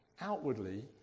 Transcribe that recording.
outwardly